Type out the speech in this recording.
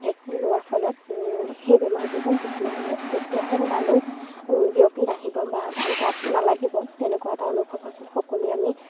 vaccine লোৱাৰ ফলত সেই বেমাৰটো যেন তেতিয়ালৈ তেতিয়াহে গালৈ বিয়পি নাহিব বা গাত নালাগিব তেনেকুৱা এটা অনুভৱ হৈছিল সকলোৱে আমি